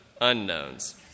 unknowns